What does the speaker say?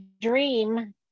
dream